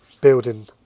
building